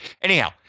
Anyhow